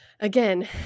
Again